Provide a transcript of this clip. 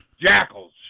Jackals